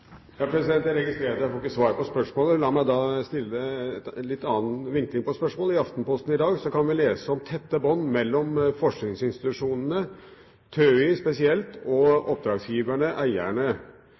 får svar på spørsmålet. La meg da ha en litt annen vinkling på spørsmålet. I Aftenposten i dag kan vi lese om tette bånd mellom forskningsinstitusjonene, TØI spesielt, og